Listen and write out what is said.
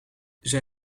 zij